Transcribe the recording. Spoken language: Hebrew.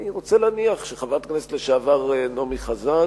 אני רוצה להניח שחברת הכנסת לשעבר נעמי חזן